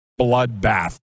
bloodbath